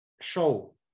show